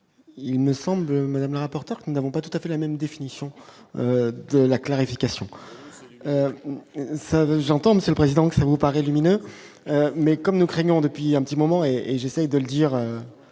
il ne semble Madame important, nous n'avons pas tout à fait la même définition de la clarification ça j'entends Monsieur le président, qui vous paraît, mais comme nous craignons depuis un petit moment et j'essaye de le dire